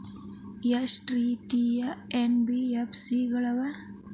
ಎಷ್ಟ ರೇತಿ ಎನ್.ಬಿ.ಎಫ್.ಸಿ ಗಳ ಅವ?